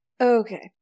Okay